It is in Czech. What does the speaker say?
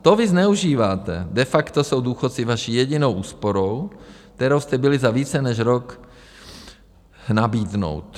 To vy zneužíváte, de facto jsou důchodci vaší jedinou úsporou, kterou jste byli za více než rok... nabídnout.